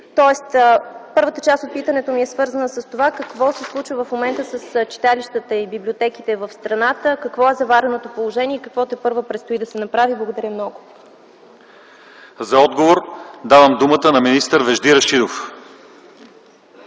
тоест първата част от питането ми е свързана с това какво се случва в момента с читалищата и библиотеките в страната? Какво е завареното положение и какво тепърва предстои да се направи? Благодаря много. ПРЕДСЕДАТЕЛ ЛЪЧЕЗАР ИВАНОВ: За отговор давам думата на министър Вежди Рашидов.